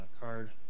card